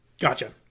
Gotcha